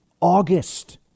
august